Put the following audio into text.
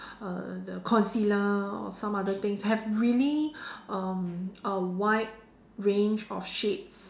uh the concealer or some other things have really um a wide range of shades